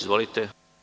Izvolite.